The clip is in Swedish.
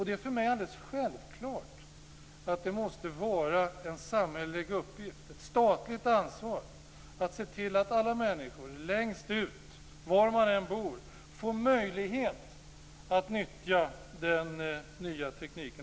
Det är för mig alldeles självklart att det måste vara ett statligt ansvar att se till att alla människor var de än bor får möjlighet att nyttja den nya tekniken.